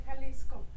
Jalisco